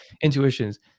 intuitions